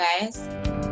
guys